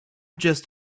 just